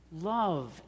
Love